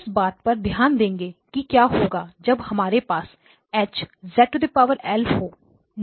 हम इस बात पर ध्यान देंगे कि क्या होगा जब हमारे पास H हो